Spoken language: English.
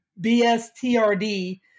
BSTRD